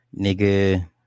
nigga